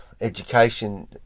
education